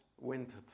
Winter